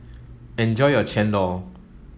enjoy your Chendol